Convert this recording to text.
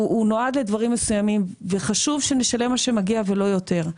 הוא נועד לדברים מסוימים וחשוב שנשלם מה שמגיע ולא יותר.